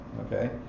Okay